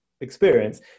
experience